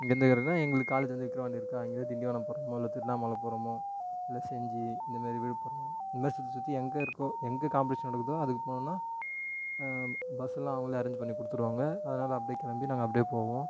இங்கே இருந்தே எங்கன்னால் எங்களுக்கு காலேஜ் வந்து விக்கிரவாண்டி இருக்கா இங்கே இருந்து திண்டிவனம் போகிறோமோ இல்லை திருவண்ணாமலை போகிறோமோ இல்லை செஞ்சி இந்தமாரி விழுப்புரம் இந்த மாதிரி சுற்றி சுற்றி எங்கே இருக்கோ எங்கே காம்பட்டிஷன் நடக்குதோ அதுக்கு போனோம்னா பஸ்ஸெலாம் அவங்களே அரேஞ்ச் பண்ணி கொடுத்துருவாங்க அதனாலே அப்டேயே கிளம்பி நாங்கள் அப்டேயே போவோம்